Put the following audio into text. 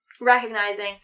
recognizing